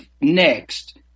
next